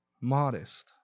modest